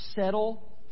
settle